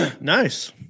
Nice